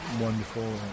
wonderful